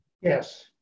Yes